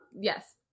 Yes